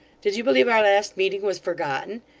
did you believe our last meeting was forgotten?